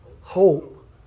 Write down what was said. hope